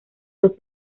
los